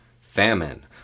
famine